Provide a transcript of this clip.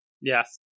Yes